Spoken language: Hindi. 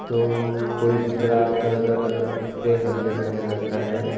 तो कोई दूसरा आकर अगर उसपे हक जताने लगता है